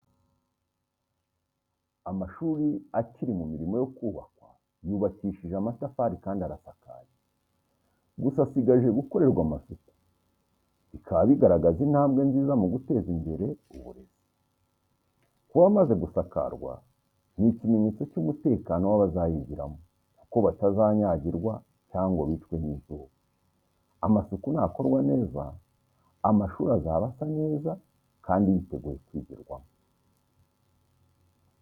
Amashuri akiri mu mirimo yo kubakwa yubakishije amatafari kandi arasakaye, gusa asigaje gukorerwa amasuku. Bikaba bigaragaza intambwe nziza mu guteza imbere uburezi. Kuba amaze gusakarwa ni ikimenyetso cy’umutekano w’abazayigiramo, kuko batazanyagirwa cyangwa ngo bicwe n'izuba. Amasuku nakorwa neza, amashuri azaba asa neza kandi yiteguye kwigirwamo.